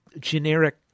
generic